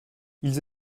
ils